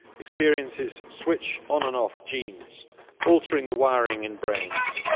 experiences switch on and off genes altering the wiring in brains,